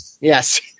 Yes